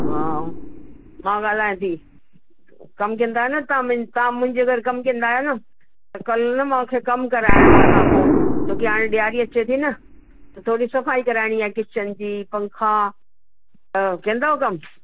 हा मां ॻाल्हायां थी कम कंदा आहियो न तव्हां मूं तव्हां मुंहिंजे घर कम कंदा आहियो न त कल्ह न मूंखे कम कराइणो आहे तव्हांखां छो की हाणे ॾियारी अचे थी न त थोरी सफ़ाई कराइणी आहे किचन जी पखा त कंदो कम